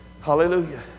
Hallelujah